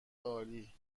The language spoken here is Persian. عالی